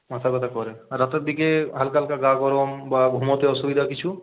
মাথা ব্যথা করে আর রাতের দিকে হালকা হালকা গা গরম বা ঘুমোতে অসুবিধা কিছু